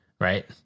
right